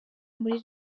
muri